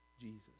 Jesus